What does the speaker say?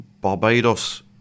Barbados